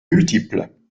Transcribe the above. multiples